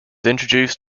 introduced